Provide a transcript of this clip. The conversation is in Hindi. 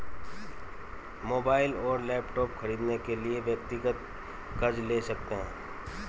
मोबाइल और लैपटॉप खरीदने के लिए व्यक्तिगत कर्ज ले सकते है